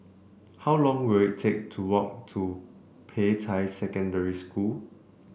how long will it take to walk to Peicai Secondary School